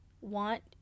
want